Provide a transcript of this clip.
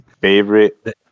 Favorite